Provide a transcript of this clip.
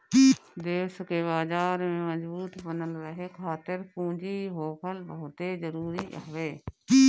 देस के बाजार में मजबूत बनल रहे खातिर पूंजी के होखल बहुते जरुरी हवे